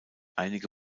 einige